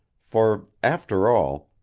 for, after all,